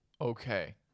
Okay